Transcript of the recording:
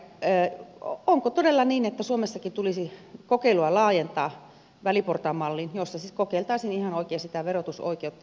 elikkä onko todella niin että suomessakin tulisi kokeilua laajentaa väliportaan malliin jossa siis kokeiltaisiin ihan oikein sitä verotusoikeutta